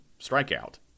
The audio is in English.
strikeout